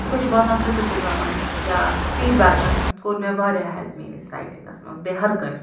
تہ مےٚ چھُ باسان کرٹسِزٕمن یا فیٖڈبیکن کوٚر مےٚ وارِیاہ ہٮ۪لٕپ میٚٲنِس ریٹِنٛگس منٛز بیٚیہِ ہر کٲنٛسہِ گوٚژھ